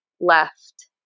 left